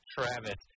Travis